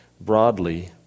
broadly